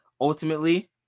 ultimately